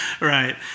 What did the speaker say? right